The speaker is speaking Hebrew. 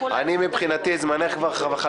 כמוך,